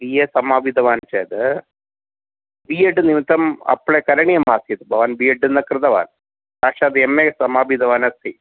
B A समापितवान् चेत् B Ed निमित्तम् अप्लै करणीयमासीत् भवान् एड् न कृतवान् साक्षात् एम् ए समापितवानस्ति